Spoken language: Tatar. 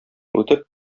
үтеп